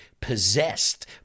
possessed